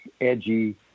edgy